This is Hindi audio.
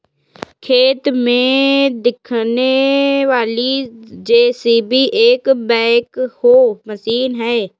खेत में दिखने वाली जे.सी.बी एक बैकहो मशीन है